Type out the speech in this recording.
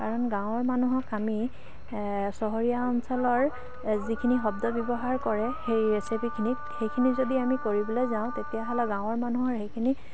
কাৰণ গাঁৱৰ মানুহক আমি চহৰীয়া অঞ্চলৰ যিখিনি শব্দ ব্যৱহাৰ কৰে সেই ৰেচিপিখিনিত সেইখিনি আমি যদি কৰিবলৈ যাওঁ তেতিয়াহ'লে গাঁৱৰ মানুহৰ সেইখিনি